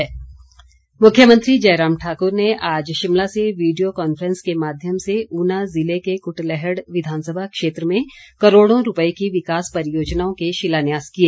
मुख्यमंत्री मुख्यमंत्री जयराम ठाकुर ने आज शिमला से वीडियो कॉन्फ्रेंस के माध्यम से ऊना जिले के कुटलैहड़ विघानसभा क्षेत्र में करोड़ों रुपये की विकास परियोजनाओं के शिलान्यास किए